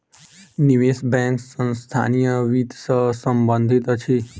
निवेश बैंक संस्थानीय वित्त सॅ संबंधित अछि